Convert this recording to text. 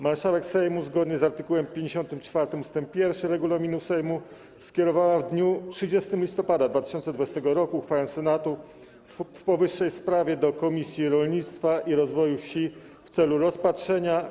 Marszałek Sejmu zgodnie z art. 54 ust. 1 regulaminu Sejmu skierowała w dniu 30 listopada 2020 r. uchwałę Senatu w powyższej sprawie do Komisji Rolnictwa i Rozwoju Wsi w celu rozpatrzenia.